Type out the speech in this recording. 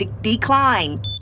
Decline